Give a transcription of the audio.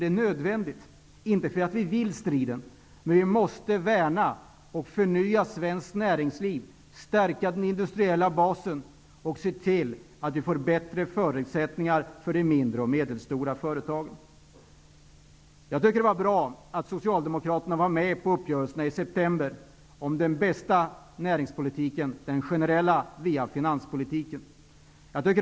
Det är nödvändigt, inte för att vi vill striden, men vi måste värna om och förnya svenskt näringsliv, stärka den industriella basen och se till att vi får bättre förutsättningar för de mindre och medelstora företagen. Det var bra att Socialdemokraterna var med på uppgörelserna i september om den bästa näringspolitiken, dvs. den generella näringspolitiken via finanspolitiken.